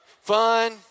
fun